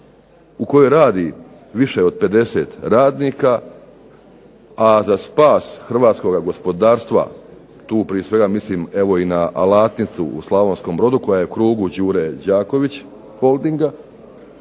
u kojoj radi više od 50 radnika, a za spas hrvatskog gospodarstva tu prije svega mislim i na "Alatnicu" u Slavonskom Brodu koja je u krugu "Đure Đaković" holdinga,